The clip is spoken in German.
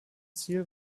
ziel